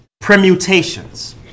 permutations